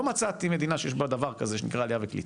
לא מצאתי מדינה שיש בה דבר כזה שנקרא עלייה וקליטה.